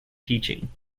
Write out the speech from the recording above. teaching